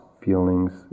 feelings